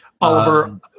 Oliver